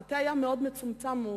המטה היה מצומצם מאוד,